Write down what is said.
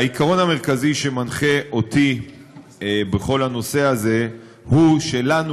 העיקרון המרכזי שמנחה אותי בכל הנושא הזה הוא שלנו,